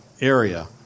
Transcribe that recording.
area